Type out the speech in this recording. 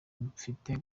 mfite